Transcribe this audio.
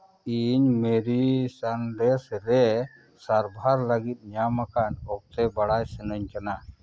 ᱤᱧ ᱢᱮᱨᱤᱥᱟᱱᱰᱮᱥ ᱨᱮ ᱥᱟᱨᱵᱷᱟᱨ ᱞᱟᱹᱜᱤᱫ ᱧᱟᱢ ᱟᱠᱟᱱ ᱚᱠᱛᱮ ᱵᱟᱲᱟᱭ ᱥᱟᱱᱟᱧ ᱠᱟᱱᱟ